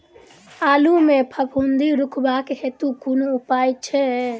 आलु मे फफूंदी रुकबाक हेतु कुन उपाय छै?